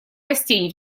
растений